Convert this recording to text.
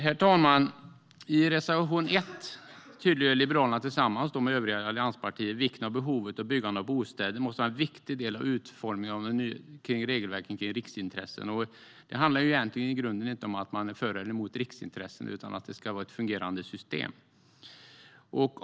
Herr talman! I reservation 1 tydliggör Liberalerna tillsammans med övriga allianspartier att behovet och byggandet av bostäder måste vara en viktig del av utformningen av regelverket kring riksintressen. Det handlar i grunden inte om att man är för eller emot riksintressen, utan det handlar om att det ska vara ett fungerande system.